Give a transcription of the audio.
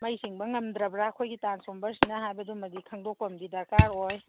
ꯃꯩ ꯆꯤꯡꯕ ꯉꯝꯗ꯭ꯔꯕꯔꯥ ꯑꯩꯈꯣꯏꯒꯤ ꯇ꯭ꯔꯥꯟꯁꯐꯣꯔꯃꯔꯁꯤꯅ ꯍꯥꯏꯕꯗꯨꯃꯗꯤ ꯈꯪꯗꯣꯛꯄ ꯑꯃꯗꯤ ꯗꯔꯀꯥꯔ ꯑꯣꯏ